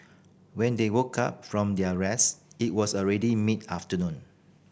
when they woke up from their rest it was already mid afternoon